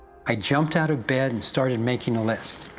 i jumped out of bed and started making a list.